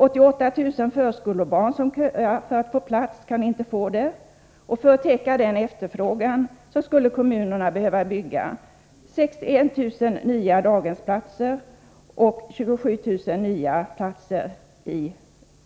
88 000 förskolebarn som köar för att få plats kan inte få det. För att täcka den efterfrågan skulle kommunerna behöva bygga 61 000 nya daghemsplatser och 27 000 nya platser i